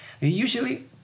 Usually